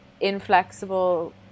inflexible